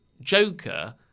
Joker